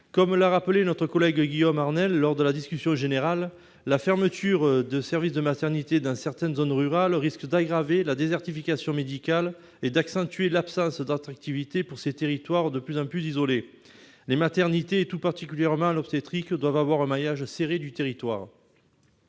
Comme l'a rappelé notre collègue Guillaume Arnell lors de la discussion générale, la fermeture de services de maternité dans certaines zones rurales risque d'aggraver la désertification médicale et d'accentuer l'absence d'attractivité de ces territoires, qui sont de plus en plus isolés. Les maternités et, tout particulièrement, les services d'obstétrique doivent former un maillage serré sur le territoire.